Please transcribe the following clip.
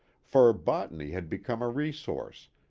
for botany had become a resource,